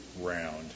round